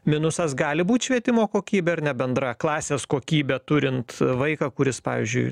minusas gali būti švietimo kokybė ar ne bendra klasės kokybė turint vaiką kuris pavyzdžiui